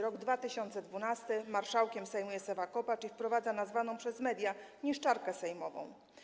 Rok 2012. Marszałkiem Sejmu jest Ewa Kopacz i wprowadza, nazwaną tak przez media, niszczarkę sejmową.